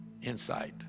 Insight